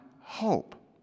hope